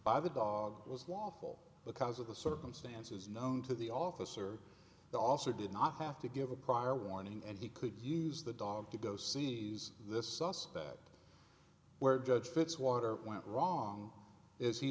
by the dog was lawful because of the circumstances known to the officer that also did not have to give a prior warning and he could use the dog to go see these this suspect where judge fitzwater went wrong is he